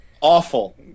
awful